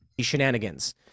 Shenanigans